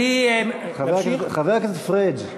חבר הכנסת פריג',